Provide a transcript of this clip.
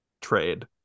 trade